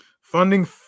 Funding